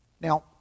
Now